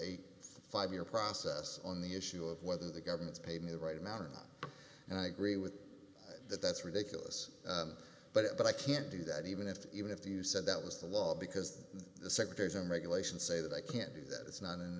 a five year process on the issue of whether the governments pay me the right amount or not and i agree with that that's ridiculous but it but i can't do that even if even if the you said that was the law because the secretary's own regulations say that i can't do that it's not an